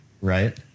Right